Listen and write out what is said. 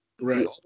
Right